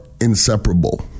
inseparable